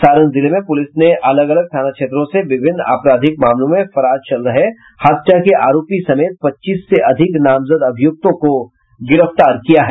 सारण जिले में पुलिस ने अलग अलग थाना क्षेत्रों से विभिन्न आपराधिक मामलों में फरार चल रहे हत्या के आरोपी समेत पच्चीस से अधिक नामजद अभियुक्तों को गिरफ्तार किया है